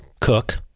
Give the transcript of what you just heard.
cook